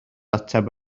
ateb